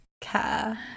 care